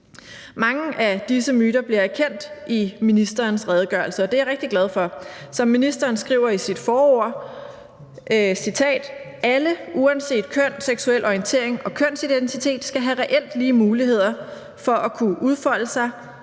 Mange af disse myter bliver erkendt i ministerens redegørelse, og det er jeg rigtig glad for. Som ministeren skriver i sit forord: »Alle uanset køn, seksuel orientering og kønsidentitet skal have reelt lige muligheder, kunne udfolde sig